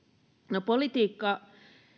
no politiikkaa